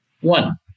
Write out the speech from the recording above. one